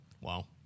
wow